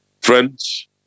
Friends